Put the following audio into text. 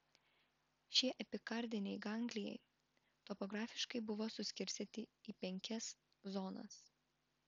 šie epikardiniai ganglijai topografiškai buvo suskirstyti į penkias zonas